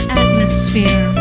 atmosphere